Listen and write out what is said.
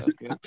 Okay